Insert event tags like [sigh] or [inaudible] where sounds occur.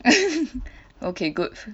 [laughs] okay good